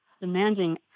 demanding